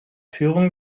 führung